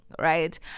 right